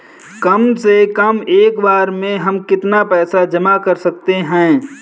कम से कम एक बार में हम कितना पैसा जमा कर सकते हैं?